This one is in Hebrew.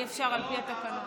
אי-אפשר על פי התקנון.